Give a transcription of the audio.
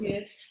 Yes